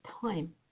time